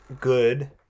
good